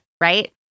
right